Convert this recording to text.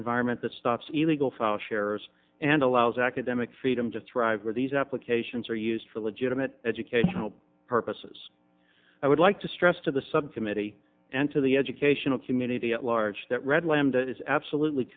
environment that stops illegal file sharers and allows academic freedom to thrive where these applications are used for legitimate educational purposes i would like to stress to the subcommittee and to the educational community at large that red lambda is absolutely